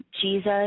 Jesus